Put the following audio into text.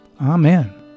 Amen